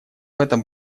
этом